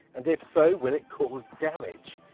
and if so, will it cause damage?